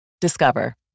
Discover